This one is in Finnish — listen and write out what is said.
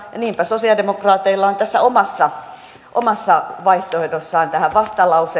niinpä sosialidemokraateilla on tässä omassa vaihtoehdossaan tähän vastalause